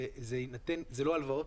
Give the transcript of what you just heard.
זה לא הלוואות,